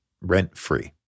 rent-free